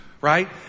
right